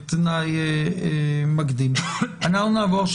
התש"ף-2020, נתקבלה.